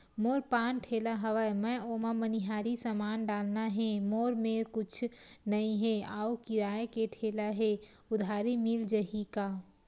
मोर पान ठेला हवय मैं ओमा मनिहारी समान डालना हे मोर मेर कुछ नई हे आऊ किराए के ठेला हे उधारी मिल जहीं का?